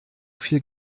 viel